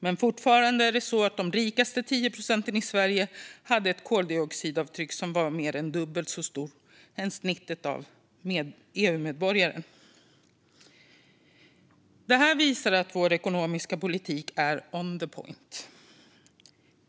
Men fortfarande hade de rikaste 10 procenten i Sverige ett koldioxidavtryck som var mer än dubbelt så stort som snittet för en EU-medborgare. Detta visar att vår ekonomiska politik är on the spot!